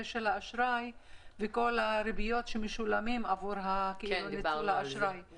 האשראי והריביות שמשולמות עבור נטילת האשראי --- כן.